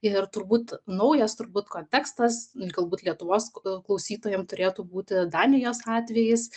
ir turbūt naujas turbūt kontekstas galbūt lietuvos klausytojams turėtų būti danijos atvejis